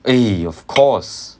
eh of course